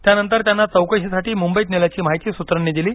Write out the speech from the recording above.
त्यानंतर त्यांना चौकशीसाठी मुंबईत नेल्याची माहिती सूत्रांनी दिली